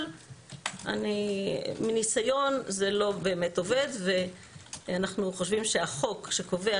אבל מניסיון זה לא באמת עובד ואנחנו חושבים שהחוק שקובע